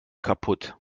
kapput